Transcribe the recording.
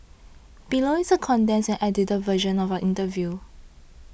below is a condensed and edited version of our interview